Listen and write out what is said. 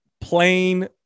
plain